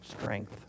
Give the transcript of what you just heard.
strength